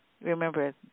remember